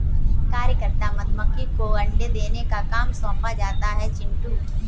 कार्यकर्ता मधुमक्खी को अंडे देने का काम सौंपा जाता है चिंटू